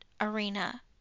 arena